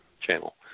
channel